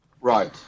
Right